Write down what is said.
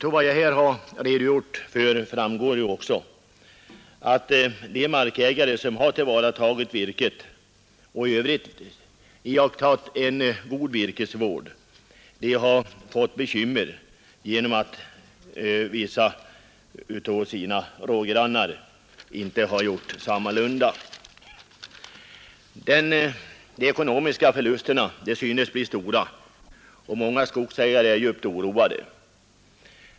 Av vad jag här har redogjort för framgar ocksa att de markägare som har tillvaratagit virket och i övrigt iakttagit en god virkesvard har fått bekymmer genom att vissa av rågrannarna inte har gjort sammalunda. De ekonomiska förlusterna synes bli stora. och många skogsägare ar djupt orvade.